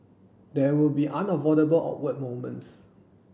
there will be unavoidable awkward moments